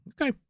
Okay